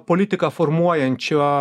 politiką formuojančią